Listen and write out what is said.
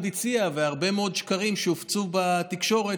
הציע והרבה מאוד שקרים שהופצו בתקשורת,